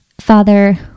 Father